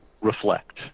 reflect